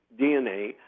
DNA